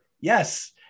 Yes